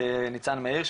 ניצן מאיר,